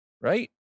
right